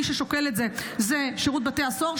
מי ששוקל את זה הוא שירות בתי הסוהר,